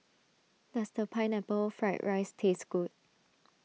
does Pineapple Fried Rice taste good